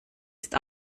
ist